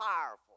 powerful